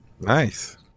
Nice